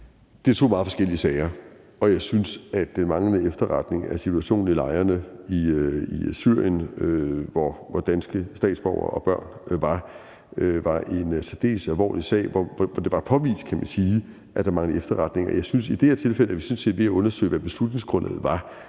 er to meget forskellige sager. Jeg synes, at den manglende efterretning om situationen i lejrene i Syrien, hvor danske statsborgere og børn befandt sig, var en særdeles alvorlig sag, hvor det, kan man sige, var påvist, at der manglede efterretninger. I det her tilfælde er vi sådan set ved at undersøge, hvad beslutningsgrundlaget var.